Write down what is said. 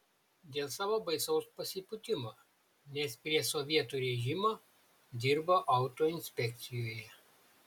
dėl savo baisaus pasipūtimo nes prie sovietų režimo dirbo autoinspekcijoje